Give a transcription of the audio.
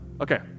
Okay